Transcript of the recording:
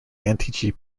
anti